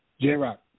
J-Rock